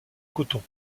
coton